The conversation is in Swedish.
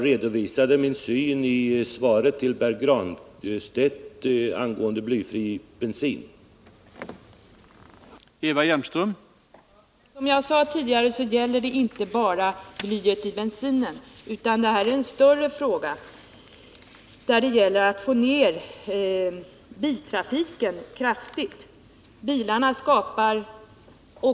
Hermanssons fråga, och jag redovisade min syn angående blyfri bensin i svaret på Pär Granstedts fråga.